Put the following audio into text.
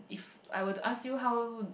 I will ask you how